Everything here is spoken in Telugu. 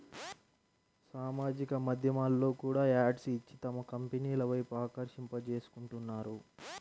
సామాజిక మాధ్యమాల్లో కూడా యాడ్స్ ఇచ్చి తమ కంపెనీల వైపు ఆకర్షింపజేసుకుంటున్నారు